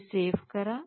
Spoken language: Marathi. हे सेव्ह करा